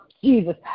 Jesus